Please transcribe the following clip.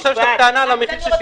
עכשיו יש לך טענה על המחיר ששילמנו?